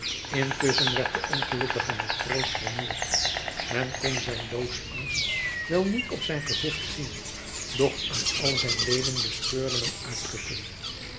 intusschen werd de ongelukkige matroos vermoeid men kon zijn doodsangst wel niet op zijn gezicht zien doch aan al zijn leden bespeurde men